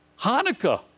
Hanukkah